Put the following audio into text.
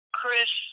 Chris